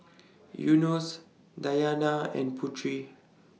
Yunos Dayana and Putri